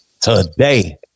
Today